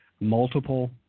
multiple